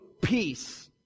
peace